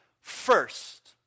first